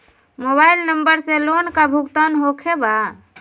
Mobile number से loan का भुगतान होखे बा?